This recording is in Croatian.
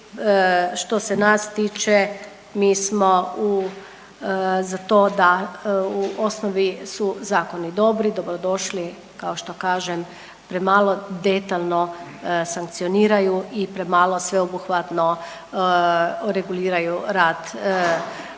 što se nas tiče mi smo za to da u osnovi su zakoni dobri, dobro došli, Kao što kažem premalo detaljno sankcioniraju i premalo sveobuhvatno reguliraju rad ravnatelja